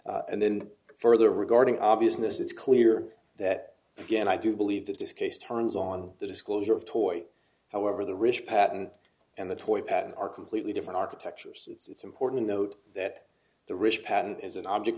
rich and then further regarding obviousness it's clear that again i do believe that this case turns on the disclosure of toy however the rich patent and the toy patent are completely different architectures it's important to note that the rich patent is an object